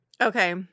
Okay